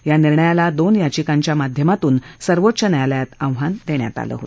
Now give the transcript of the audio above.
या निर्णयाला दोन याचिकांच्या माध्यमातून सर्वोच्च न्यायालयात आव्हान देण्यात आलं आहे